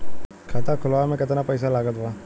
खाता खुलावे म केतना पईसा लागत बा?